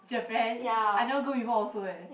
Japan I never go before also eh